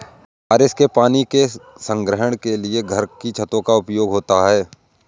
बारिश के पानी के संग्रहण के लिए घर की छतों का उपयोग होता है